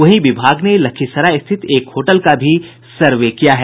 वहीं विभाग ने लखीसराय स्थित एक होटल का भी सर्वे किया है